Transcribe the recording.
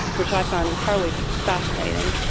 which i found entirely fascinating.